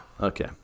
okay